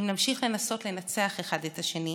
אם נמשיך לנסות לנצח אחד את השני,